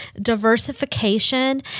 diversification